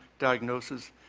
diagnosis,